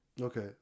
Okay